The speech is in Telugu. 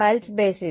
pulse basis